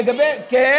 לגבי, אותי?